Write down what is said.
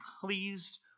pleased